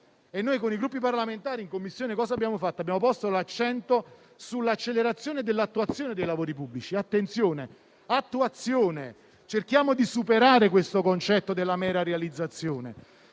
con i Gruppi parlamentari abbiamo posto l'accento sull'accelerazione dell'attuazione dei lavori pubblici. Attenzione: attuazione. Cerchiamo di superare il concetto della mera realizzazione.